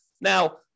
Now